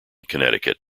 connecticut